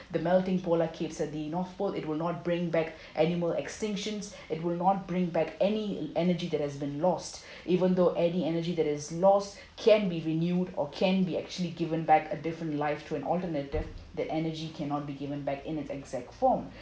the melting polar caves at the north pole it would not bring back animal extinctions it will not bring back any energy that has been lost even though any energy that is lost can be renewed or can be actually given back a different life through an alternative that energy cannot be given back in its exact form